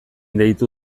deitu